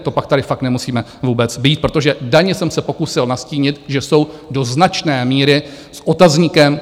To pak tady fakt nemusíme vůbec být, protože daně jsem se pokusil nastínit, že jsou do značné míry s otazníkem.